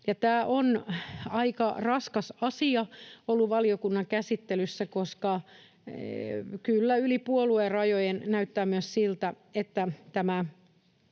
Tämä on ollut aika raskas asia valiokunnan käsittelyssä, koska kyllä yli puoluerajojen näyttää myös siltä, että tämä